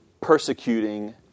persecuting